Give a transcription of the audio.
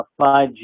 5G